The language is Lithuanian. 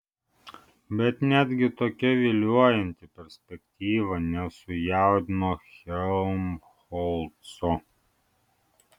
bet netgi tokia viliojanti perspektyva nesujaudino helmholco